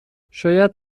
شاید